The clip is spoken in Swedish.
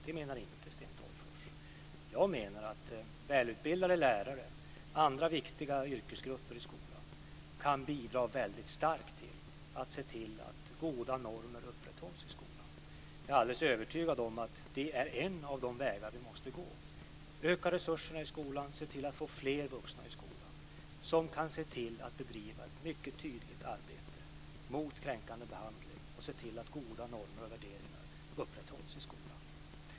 Det menar inte Sten Tolgfors. Jag menar att välutbildade lärare och andra viktiga yrkesgrupper i skolan kan bidra starkt till att se till att goda normer upprätthålls i skolan. Jag är alldeles övertygad om att det är en av de vägar vi måste gå, dvs. öka resurserna i skolan och se till att få fler vuxna i skolan som kan se till att bedriva ett tydligt arbete mot kränkande behandling och se till att goda normer och värderingar upprätthålls i skolan.